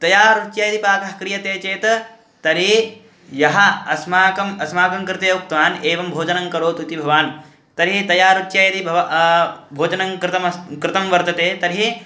तया रुच्या यदि पाकः क्रियते चेत् तर्हि यः अस्माकम् अस्माकं कृते उक्तवान् एवं भोजनं करोतु इति भवान् तर्हि तया रुच्या यदि भवान् भोजनं कृतं कृतं वर्तते तर्हि